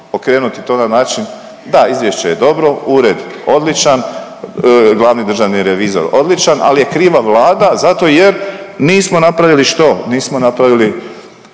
okrenuti to na način, da, izvješće je dobro, Ured odličan, glavni državni revizor odličan, ali je kriva Vlada zato jer nismo napravili što, nismo napravili